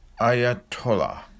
Ayatollah